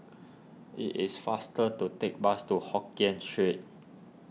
it is faster to take bus to Hokien Street